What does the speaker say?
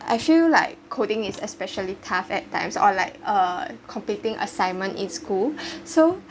I feel like coding is especially tough at times or like uh completing assignment in school so